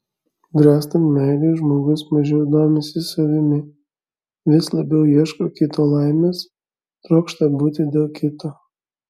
bręstant meilei žmogus mažiau domisi savimi vis labiau ieško kito laimės trokšta būti dėl kito